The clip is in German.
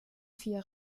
vier